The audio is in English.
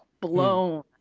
blown